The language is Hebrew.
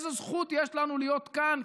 איזה זכות יש לנו להיות כאן,